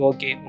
Okay